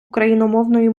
україномовної